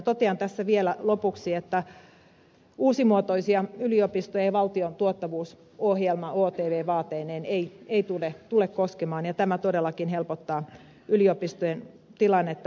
totean tässä vielä lopuksi että uusimuotoisia yliopistoja valtion tuottavuusohjelma htv vaateineen ei tule koskemaan ja tämä todellakin helpottaa yliopistojen tilannetta